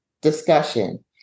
discussion